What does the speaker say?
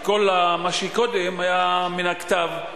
כי כל מה שקודם היה מן הכתב,